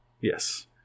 Yes